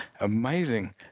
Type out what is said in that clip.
Amazing